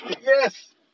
yes